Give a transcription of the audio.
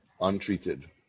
untreated